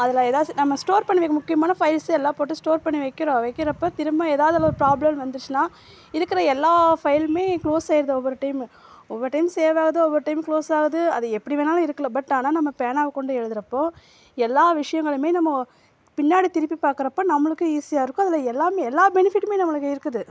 அதில் ஏதாச்சும் நாம் ஸ்டோர் பண்ணி வைக்கிற முக்கியமான சைஸ் எல்லாம் போட்டு ஸ்டோர் பண்ணி வைக்கிறோம் வைக்கிறப்ப திரும்ப ஏதாவது ப்ராப்லம்னு வந்துருச்சுன்னால் இருக்கிற எல்லா பைல்லுமே கிளோஸ் ஆகிடுது ஒவ்வொரு டைம்மும் ஒவ்வொரு டைம் சேவ் ஆகுது ஒவ்வொரு டைம் கிளோஸ் ஆகுது அது எப்படி வேணாலும் இருக்கலாம் பட் ஆனால் நம்ம பேனாவை கொண்டு எழுதுகிறப்போ எல்லா விஷயங்களையுமே நம்ம பின்னாடி திருப்பி பார்க்குறப்ப நம்மளுக்கு ஈசியாக இருக்கும் எல்லாமே எல்லா பெனிஃபிட்டுமே நம்மளுக்கு இருக்குது